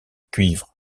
cuivre